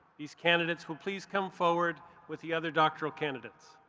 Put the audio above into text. these candidates will please come forward with the other doctoral candidates.